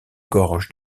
gorges